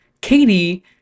katie